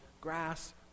grass